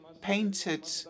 painted